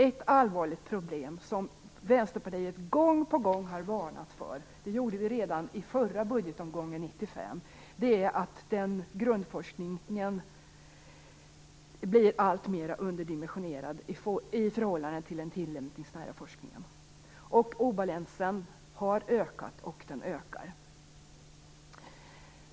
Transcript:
Ett allvarligt problem som vi i Vänsterpartiet gång på gång har varnat för, redan i förra budgetbehandlingen 1995, är att grundforskningen blir alltmer underdimensionerad i förhållande till den tillämpningsnära forskningen. Obalansen har ökat och ökar fortfarande.